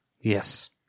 Yes